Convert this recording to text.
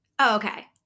Okay